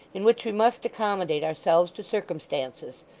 in which we must accommodate ourselves to circumstances,